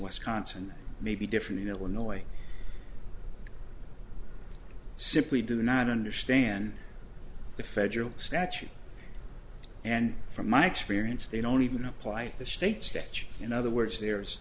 wisconsin may be different in illinois simply do not understand the federal statute and from my experience they don't even apply the state statute in other words there's